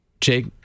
Jake